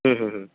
ହୁଁ ହୁଁ ହୁଁ